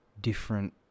different